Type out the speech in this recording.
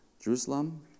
Jerusalem